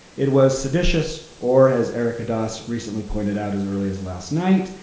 it was seditious, or as eric odas recently pointed out as early as last night,